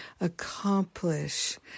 accomplish